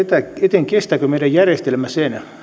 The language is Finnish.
eteen kestääkö meidän järjestelmä sen